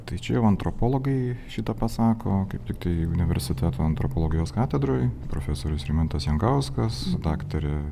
tai čia jau antropologai šį tą pasako kaip tiktai universiteto antropologijos katedroj profesorius rimantas jankauskas daktarė